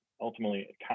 ultimately